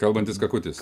kalbantis kakutis